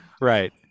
right